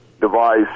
device